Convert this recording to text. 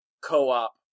co-op